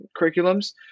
curriculums